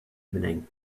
evening